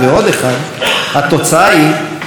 התוצאה היא תמיד יותר משתיים.